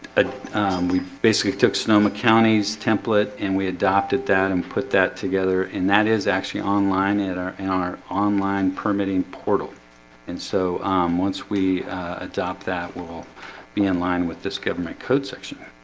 ah we basically took sonoma county's template and we adopted that and put that together and that is actually online and on our online permitting portal and so once we adopt that we'll be in line with this government code section